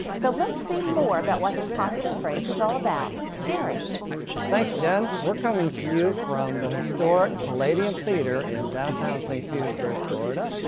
so let's see more about what this popular phrase is all about. jerry. reporter thanks, jen. we're coming to you from the historic palladium theatre in downtown st. petersburg, florida,